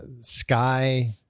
sky